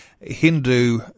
Hindu